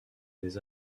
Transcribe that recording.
des